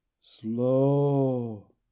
Slow